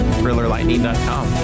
thrillerlightning.com